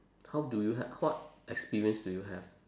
how do you ha~ what experience do you have